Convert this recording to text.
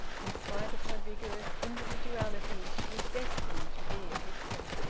in spite of her vigorous individuality she was destined to be a victim.